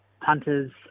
Hunters